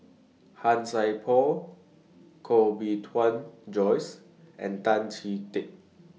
Han Sai Por Koh Bee Tuan Joyce and Tan Chee Teck